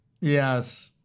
Yes